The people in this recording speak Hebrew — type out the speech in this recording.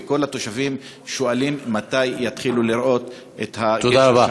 וכל התושבים שואלים מתי יתחילו לראות את הגשר שם.